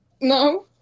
No